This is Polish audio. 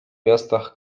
miastach